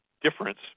difference